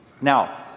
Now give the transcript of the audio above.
Now